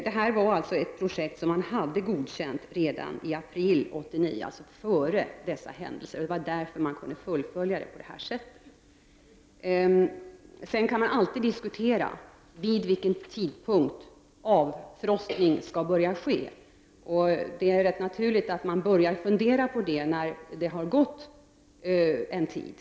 Det här projektet hade alltså godkänts redan i april 1989, dvs. före dessa händelser. Därför kunde det hela fullföljas på detta sätt. Sedan kan man alltid diskutera vid vilken tidpunkt avfrostningen skall påbörjas. Det är rätt naturligt att börja fundera över det när det har gått en tid.